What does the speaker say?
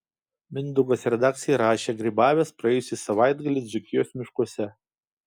mindaugas redakcijai rašė grybavęs praėjusį savaitgalį dzūkijos miškuose